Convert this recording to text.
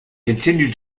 continue